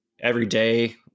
everyday